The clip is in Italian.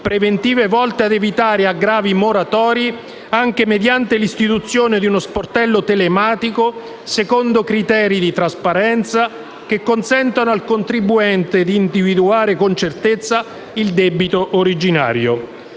preventive volte ad evitare aggravi moratori anche mediante l'istituzione di uno sportello telematico secondo criteri di trasparenza che consentano al contribuente di individuare con certezza il debito originario.